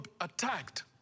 attacked